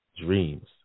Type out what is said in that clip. dreams